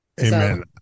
Amen